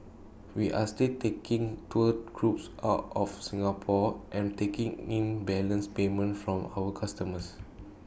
we are still taking tour groups out of Singapore and taking in balance payments from our customers